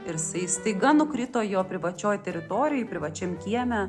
ir jisai staiga nukrito jo privačioj teritorijoj privačiam kieme